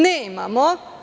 Nemamo.